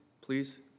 please